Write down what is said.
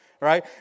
Right